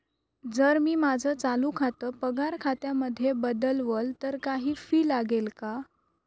जर मी माझं चालू खातं पगार खात्यामध्ये बदलवल, तर काही फी लागेल का?